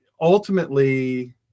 ultimately